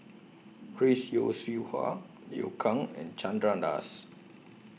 Chris Yeo Siew Hua Liu Kang and Chandra Das